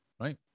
right